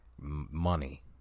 money